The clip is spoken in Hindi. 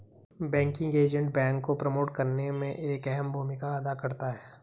बैंकिंग एजेंट बैंक को प्रमोट करने में एक अहम भूमिका अदा करता है